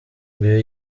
uyu